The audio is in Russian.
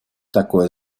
такое